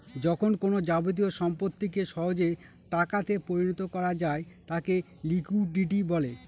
যখন কোনো যাবতীয় সম্পত্তিকে সহজে টাকাতে পরিণত করা যায় তাকে লিকুইডিটি বলে